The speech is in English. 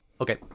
Okay